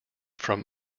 from